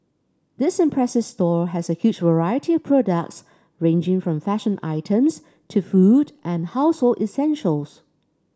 this impressive store has a huge variety of products ranging from fashion items to food and household essentials